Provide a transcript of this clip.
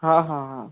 ହଁ ହଁ ହଁ